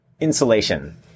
Insulation